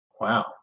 Wow